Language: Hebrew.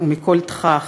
ומכל תכך,